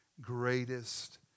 greatest